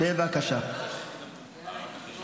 אלהואשלה, אינו